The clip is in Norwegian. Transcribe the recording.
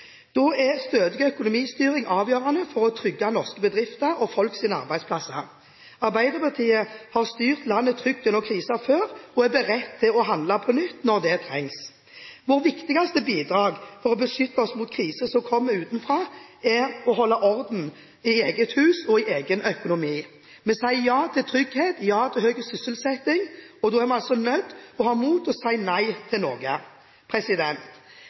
Da er stødig økonomistyring avgjørende for å trygge norske bedrifter og folks arbeidsplass. Arbeiderpartiet har styrt landet trygt gjennom kriser før og er beredt til å handle på nytt når det trengs. Vårt viktigste bidrag for å beskytte oss mot krise som kommer utenfra, er å holde orden i eget hus og i egen økonomi. Vi sier ja til trygghet, ja til høy sysselsetting, og da er vi altså nødt til å ha mot til å si nei til